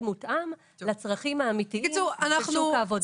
מותאם לצרכים האמיתיים של שוק העבודה.